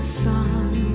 sun